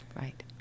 right